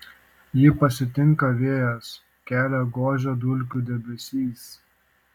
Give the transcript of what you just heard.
jį pasitinka vėjas kelią gožia dulkių debesys